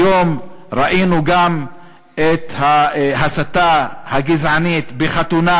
היום ראינו גם את ההסתה הגזענית בחתונה,